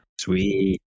Sweet